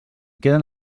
queden